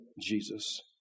Jesus